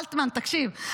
אלטמן, תקשיב.